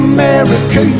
America